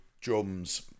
drums